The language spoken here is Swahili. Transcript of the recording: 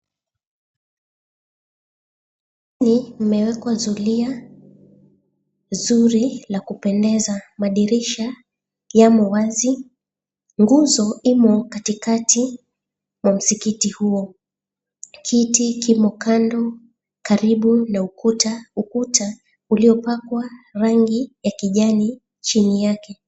Nyumba hii limewekwa zulia zuri la kupendeza madirisha yamo wazi nguzo imo katikati mwa msikiti huo. Kiti kimo kando karibu na ukuta, ukuta uliopakwa rangi ya kijani chini yake.